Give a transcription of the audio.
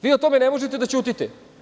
Vi o tome ne možete da ćutite.